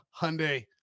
Hyundai